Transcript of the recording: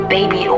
Baby